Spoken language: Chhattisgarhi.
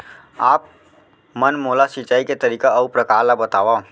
आप मन मोला सिंचाई के तरीका अऊ प्रकार ल बतावव?